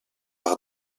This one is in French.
par